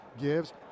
gives